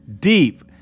Deep